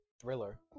thriller